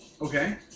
Okay